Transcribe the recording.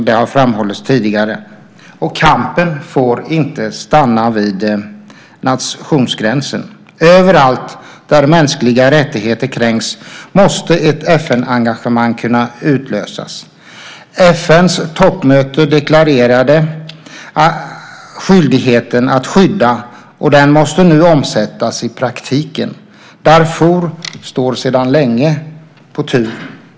Det har framhållits tidigare. Kampen får inte stanna vid nationsgränsen. Överallt där mänskliga rättigheter kränks måste ett FN-engagemang kunna utlösas. FN:s toppmöte deklarerade skyldigheten att skydda, och den måste nu omsättas i praktiken. Darfur står sedan länge på tur.